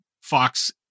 fox